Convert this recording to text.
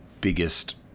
biggest